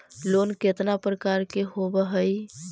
Loan केतना प्रकार के होव हइ?